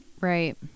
Right